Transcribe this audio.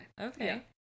Okay